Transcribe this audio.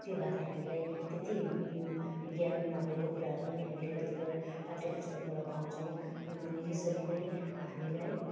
त्यो बारे हामीलाई त्यति ज्ञान नभएको कुराहरू पनि हामीले कतिपय पाठ्य पुस्तकबाट पाउछौँ यसरी नै हामीलाई